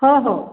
हो हो